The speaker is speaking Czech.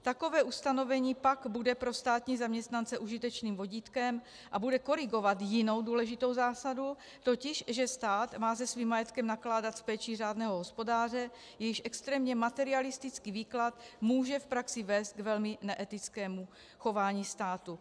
Takové ustanovení pak bude pro státní zaměstnance užitečnými vodítkem a bude korigovat jinou důležitou zásadu, totiž, že stát má se svým majetkem nakládat s péčí řádného hospodáře, jejíž extrémně materialistický výklad může v praxi vést k velmi neetickému chování státu.